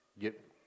get